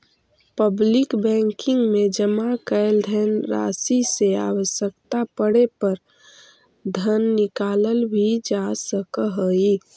public banking में जमा कैल धनराशि से आवश्यकता पड़े पर धन निकालल भी जा सकऽ हइ